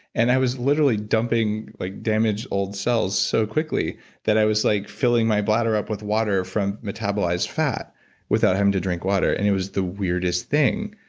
and i was literally dumping like damaged old cells so quickly that i was like filling my bladder up with water from metabolized fat without having to drink water and it was the weirdest thing.